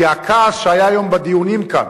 כי הכעס שהיה היום בדיונים כאן,